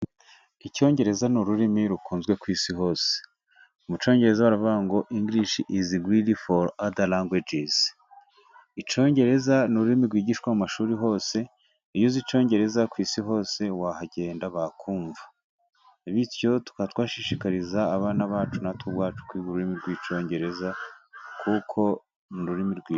Icyongereza ni ururimi rukunzwe ku isi hose, mu cyongereza baravuga ngo ingirishi izi gudu foru ada ragwejizi, icyongereza ni ururimi rwigishwa mu mashuri hose, iyo uzi icyongereza ku isi hose wahagenda bakumva, bityo tukaba twashishikariza abana bacu natwe ubwacu kwiga ururimi rw'icyongereza kuko ni ururimi rwiza.